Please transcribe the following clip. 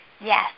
Yes